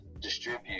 distribute